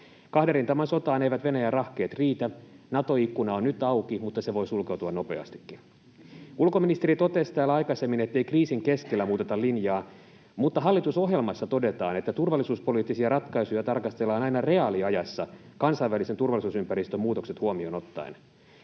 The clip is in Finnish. Kahden rintaman sotaan eivät Venäjän rahkeet riitä. Nato-ikkuna on nyt auki, mutta se voi sulkeutua nopeastikin. Ulkoministeri totesi täällä aikaisemmin, ettei kriisin keskellä muuteta linjaa, mutta hallitusohjelmassa todetaan, että turvallisuuspoliittisia ratkaisuja tarkastellaan aina reaaliajassa kansainvälisen turvallisuusympäristön muutokset huomioon ottaen.